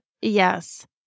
Yes